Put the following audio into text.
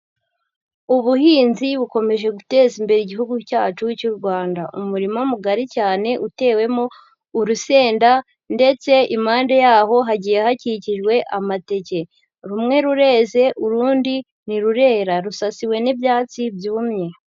Ubuhinzi bukomeje guteza imbere Igihugu cyacu cy'u Rwanda, umurima mugari cyane utewemo urusenda ndetse impande yaho hagiye hakikijwe amateke, rumwe rureze urundi ntirurera rusasiwe n'ibyatsi byumye.